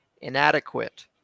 inadequate